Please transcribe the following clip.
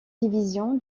division